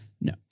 No